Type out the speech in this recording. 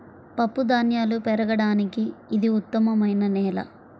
పప్పుధాన్యాలు పెరగడానికి ఇది ఉత్తమమైన నేల